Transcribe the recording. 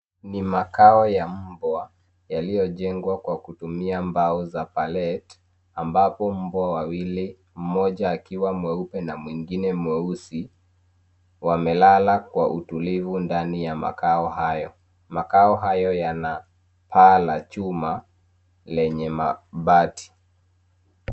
Ni makao ya mbwa yaliyojengwa kwa kutumia mbao za palette ambapo mbwa wawili, mmoja akiwa mweupe na mwingine mweusi. Wamelala kwa utulivu ndani ya makao hayo. Makao hayo yana paa la chuma lenye mabati.